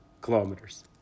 kilometers